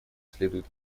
следует